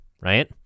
right